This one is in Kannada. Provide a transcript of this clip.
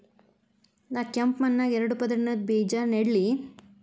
ನಾ ಕೆಂಪ್ ಮಣ್ಣಾಗ ಎರಡು ಪದರಿನ ಬೇಜಾ ನೆಡ್ಲಿ?